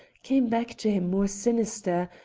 came back to him more sinister,